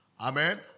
Amen